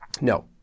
No